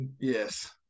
Yes